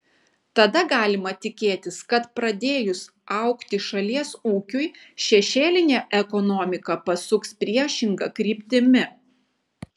tada galima tikėtis kad pradėjus augti šalies ūkiui šešėlinė ekonomika pasuks priešinga kryptimi